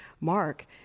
mark